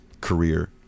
career